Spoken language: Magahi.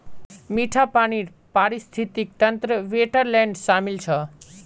मीठा पानीर पारिस्थितिक तंत्रत वेट्लैन्ड शामिल छ